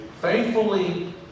faithfully